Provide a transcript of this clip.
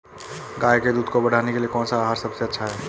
गाय के दूध को बढ़ाने के लिए कौनसा आहार सबसे अच्छा है?